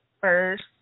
first